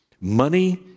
money